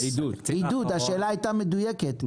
השאלה הייתה מדויקת,